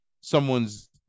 someone's